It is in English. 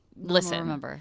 Listen